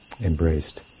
embraced